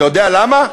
אתה יודע למה?